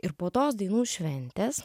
ir po tos dainų šventės